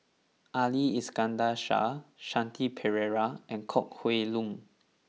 Ali Iskandar Shah Shanti Pereira and Kok Heng Leun